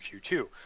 Q2